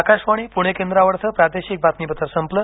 आकाशवाणी पुणे केंद्रावरचं प्रादेशिक बातमीपत्र संपलं